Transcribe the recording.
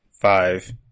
Five